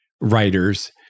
writers